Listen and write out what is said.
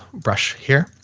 brush here.